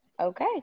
Okay